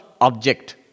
object